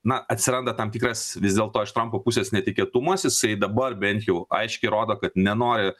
na atsiranda tam tikras vis dėlto iš trampo pusės netikėtumas jisai dabar bent jau aiškiai rodo kad nenori